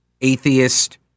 atheist